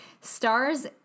stars